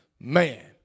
man